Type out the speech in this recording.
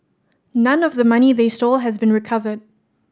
none of the money they stole has been recovered